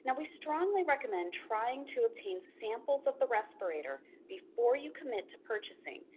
and we strongly recommend trying to obtain samples of the respirator before you commit to purchasing,